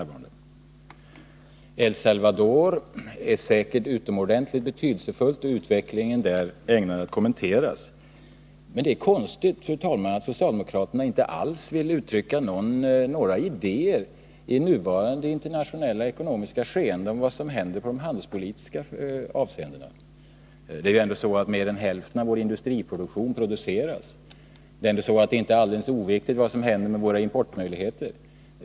Utvecklingen i El Salvador är säkert en utomordentligt betydelsefull fråga, som är ägnad att kommenteras. Men det är konstigt, fru talman, att socialdemokraterna, i nuvarande internationella ekonomiska skeende, inte alls vill uttrycka några idéer om vad som händer i handelspolitiska avseenden. Mer än hälften av vår industriproduktion går dock på export. Och det är inte alldeles oviktigt vad som händer med våra importmöjligheter.